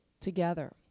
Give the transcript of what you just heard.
together